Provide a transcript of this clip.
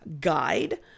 guide